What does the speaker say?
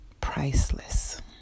Priceless